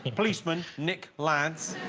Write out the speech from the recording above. policeman nick lance